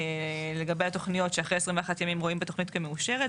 לגבי התוכניות שאחרי 21 ימים רואים בתוכנית כמאושרת,